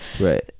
Right